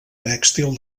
tèxtil